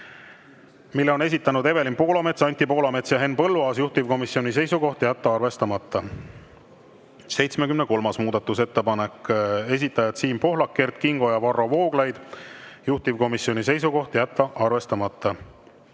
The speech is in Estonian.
mille on esitanud Evelin Poolamets, Anti Poolamets ja Henn Põlluaas. Juhtivkomisjoni seisukoht: jätta arvestamata. 73. muudatusettepanek, esitajad Siim Pohlak, Kert Kingo ja Varro Vooglaid. Juhtivkomisjoni seisukoht: jätta arvestamata.